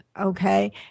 okay